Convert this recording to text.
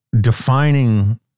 defining